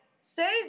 say